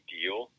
deal